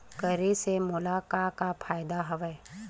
करे से मोला का का फ़ायदा हवय?